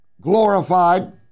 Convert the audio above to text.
glorified